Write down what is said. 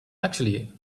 actually